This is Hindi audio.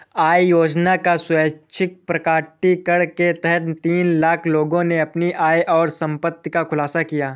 आय योजना का स्वैच्छिक प्रकटीकरण के तहत तीन लाख लोगों ने अपनी आय और संपत्ति का खुलासा किया